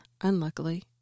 unluckily